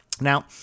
Now